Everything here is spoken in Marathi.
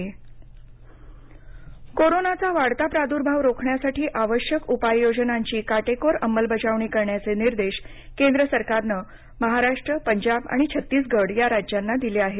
केंद्र सरकार कोरोना अहवाल कोरोनाचा वाढता प्रादुर्भाव रोखण्यासाठी आवश्यक उपाययोजनांची काटेकोर अंमलबजावणी करण्याचे निर्देश केंद्र सरकारनं महाराष्ट्र पंजाब आणि छत्तीसगड या राज्यांना दिले आहेत